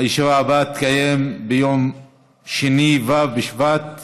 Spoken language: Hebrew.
הישיבה הבאה תתקיים ביום שני, ו' בשבט התשע"ח,